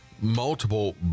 multiple